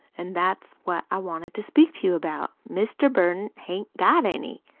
an' that's what i wanted to speak to you about. mr. burton hain't got any.